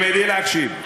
תלמדי להקשיב.